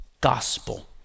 gospel